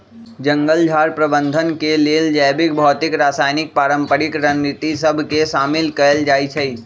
जंगल झार प्रबंधन के लेल जैविक, भौतिक, रासायनिक, पारंपरिक रणनीति सभ के शामिल कएल जाइ छइ